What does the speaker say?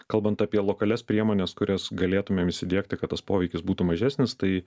kalbant apie lokalias priemones kurias galėtumėm įsidiegti kad tas poveikis būtų mažesnis tai